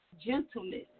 gentleness